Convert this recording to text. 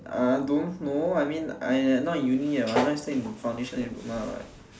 I don't know I mean I'm not in uni yet what I still in foundation in group mah